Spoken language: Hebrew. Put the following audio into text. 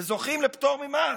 וזוכים לפטור ממס,